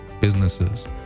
businesses